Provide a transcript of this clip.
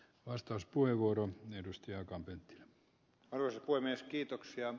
vastauspuheenvuoron edustajaa kampen norsu voi myös ed